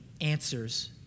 answers